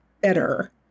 better